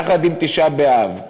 יחד עם תשעה באב,